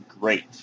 great